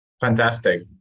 Fantastic